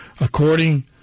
according